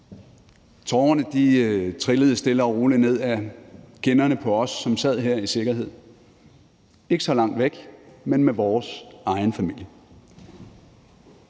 Tårerne trillede stille og roligt ned ad kinderne på os, som sad her i sikkerhed, ikke så langt væk, men med vores egen familie.